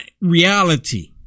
reality